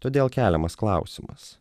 todėl keliamas klausimas